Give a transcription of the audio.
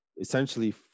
essentially